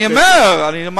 מי שהבטיח לך צריך לקיים.